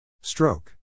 Stroke